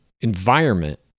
environment